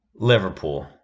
Liverpool